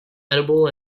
edible